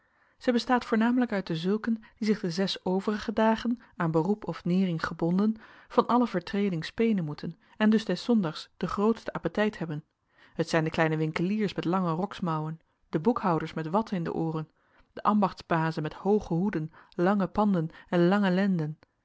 zij bestaat voornamelijk uit dezulken die zich de zes overige dagen aan beroep of nering gebonden van alle vertreding spenen moeten en dus des zondags de grootste appetijt hebben het zijn de kleine winkeliers met lange roksmouwen de boekhouders met watten in de ooren de ambachtsbazen met hooge hoeden lange panden en lange lenden